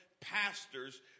pastors